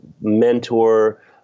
mentor